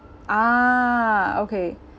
ah okay